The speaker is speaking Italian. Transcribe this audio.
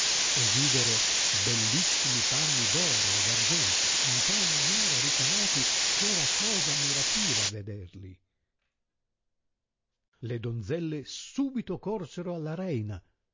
e videro bellissimi panni d oro e d argento in tal maniera ricamati che era cosa ammirativa a vederli le donzelle subito corsero alla reina